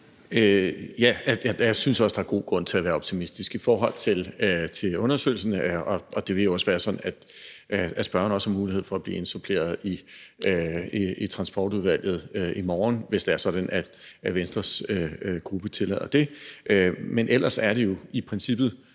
Ja, jeg synes også, der er god grund til at være optimistisk i forhold til undersøgelsen, og det vil jo også være sådan, at spørgeren har mulighed for at blive indsuppleret i Transportudvalget i morgen, hvis det er sådan, at Venstres gruppe tillader det. Men ellers er det jo i princippet